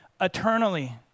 eternally